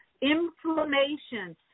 inflammation